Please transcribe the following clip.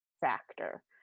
factor